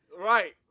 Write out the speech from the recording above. Right